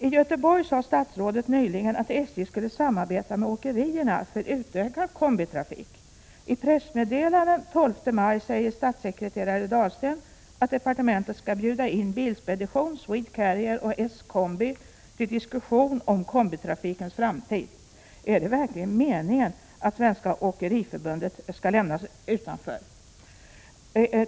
I Göteborg sade statsrådet nyligen att SJ skulle samarbeta med åkerierna för att utöka kombitrafiken. I pressmeddelandet den 12 maj säger statssekreterare Dahlsten att departementet skall bjuda in Bilspedition, Swedcarrier och S-Combi till diskussion om kombitrafikens framtid. Är det verkligen meningen att Svenska åkeriförbundet skall lämnas utanför?